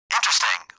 Interesting